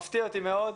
זה מפתיע אותי מאוד.